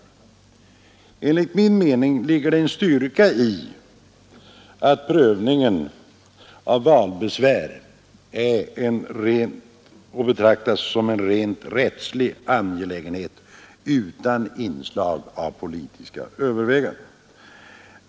Enligt min mening ligger det en styrka i att prövningen av valbesvär är att betrakta som en rent rättslig angelägenhet utan inslag av politiska överväganden.